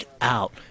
out